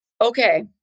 Okay